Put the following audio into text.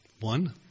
One